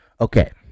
Okay